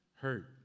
Hurt